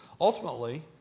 Ultimately